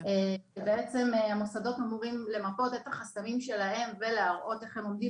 בעצם המוסדות אמורים למפות את החסמים שלהם ולהראות איך הם עומדים